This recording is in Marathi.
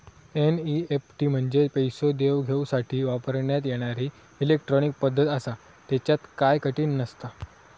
एनईएफटी म्हंजे पैसो देवघेवसाठी वापरण्यात येणारी इलेट्रॉनिक पद्धत आसा, त्येच्यात काय कठीण नसता